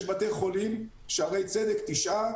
יש בתי חולים, כמו שערי צדק, למשל,